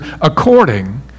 according